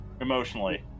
Emotionally